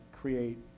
create